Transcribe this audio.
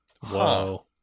Whoa